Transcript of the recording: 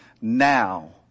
now